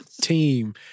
team